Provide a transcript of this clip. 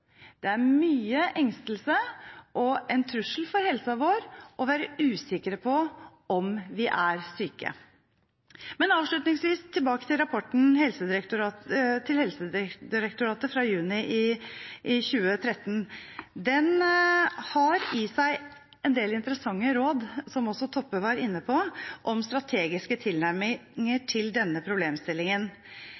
er syke, skaper mye engstelse og er en trussel for helsen vår. Avslutningsvis vil jeg tilbake til Helsedirektoratets rapport fra juni i 2013. Den gir noen interessante råd, som også Toppe var inne på, om strategiske tilnærminger